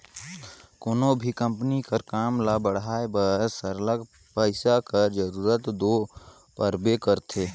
कोनो भी कंपनी कर काम ल बढ़ाए बर सरलग पइसा कर जरूरत दो परबे करथे